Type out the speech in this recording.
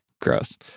gross